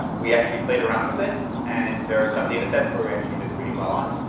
we actually played around with it. and there are some data sets where we actually did really well on,